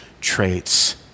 traits